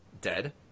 dead